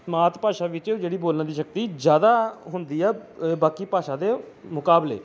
ਮਾਤ ਭਾਸ਼ਾ ਵਿੱਚ ਜਿਹੜੀ ਬੋਲਣ ਦੀ ਸ਼ਕਤੀ ਜ਼ਿਆਦਾ ਹੁੰਦੀ ਆ ਬਾਕੀ ਭਾਸ਼ਾ ਦੇ ਮੁਕਾਬਲੇ